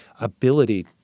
ability